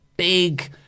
...big